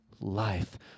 life